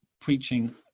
preaching